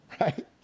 right